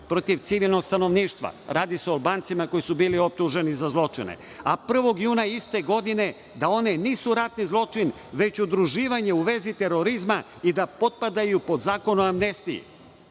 protiv civilnog stanovništva, radi se o Albancima koji su bili optuženi za zločine, a 1. juna iste godine da one nisu ratni zločin, već udruživanje u vezi terorizma i da potpadaju pod Zakon o amnestiji?